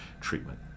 treatment